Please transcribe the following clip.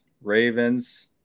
Ravens